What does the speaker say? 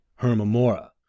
Hermamora